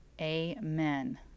Amen